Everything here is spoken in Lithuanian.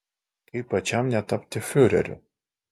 kaip pačiam netapti fiureriu